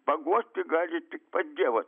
paguosti gali tik pats dievas